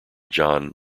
john